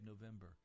November